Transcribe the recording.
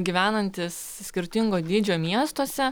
gyvenantys skirtingo dydžio miestuose